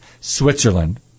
Switzerland